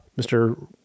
Mr